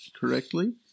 correctly